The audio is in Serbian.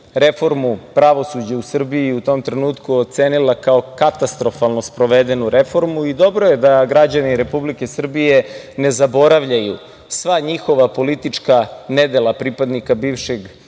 reformu pravosuđa u Srbiji u tom trenutku ocenila kao katastrofalno sprovedenu reformu. Dobro je da građani Republike Srbije ne zaboravljaju sva njihova politička nedela pripadnika bivšeg